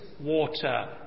water